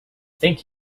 thank